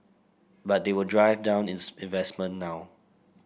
but they will drive down inns investment now